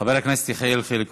חבר הכנסת יחיאל חיליק